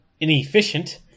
inefficient